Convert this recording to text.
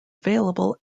available